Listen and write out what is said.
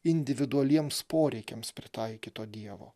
individualiems poreikiams pritaikyto dievo